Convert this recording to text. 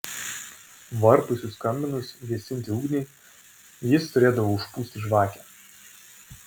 varpui suskambinus gesinti ugnį jis turėdavo užpūsti žvakę